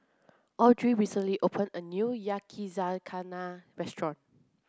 Audrey recently opened a new Yakizakana Restaurant